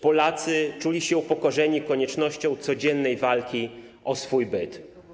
Polacy czuli się upokorzeni koniecznością codziennej walki o swój byt.